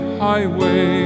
highway